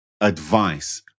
Advice